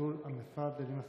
ביטול המשרד לנושאים אסטרטגיים.